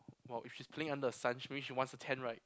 !wow! if she's playing under the sun she means she wants to tan right